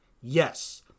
Yes